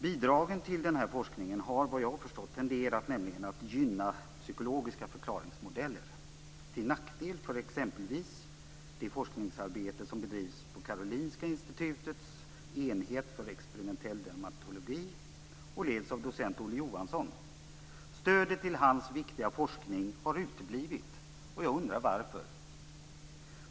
Bidragen till den här forskningen har vad jag har förstått nämligen tenderat att gynna psykologiska förklaringsmodeller till nackdel för exempelvis det forskningsarbete som bedrivs på Karolinska Institutets enhet för experimentell dermatologi och som leds av docent Olle Johansson. Stödet till hans viktiga forskning har uteblivit. Jag undrar varför.